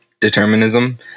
determinism